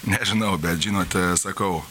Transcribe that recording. nežinau bet žinot sakau